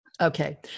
Okay